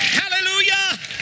hallelujah